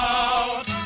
out